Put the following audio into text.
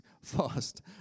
fast